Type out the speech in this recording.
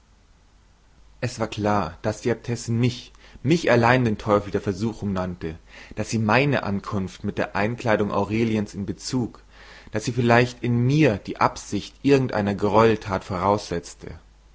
es war klar daß die äbtissin mich mich allein den teufel der versuchung nannte daß sie meine ankunft mit der einkleidung aureliens in bezug daß sie vielleicht in mir die absicht irgendeiner greueltat voraussetzte